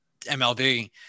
MLB